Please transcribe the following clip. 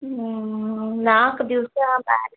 ಹ್ಞೂ ನಾಲ್ಕು ದಿವಸ ಬ್ಯಾ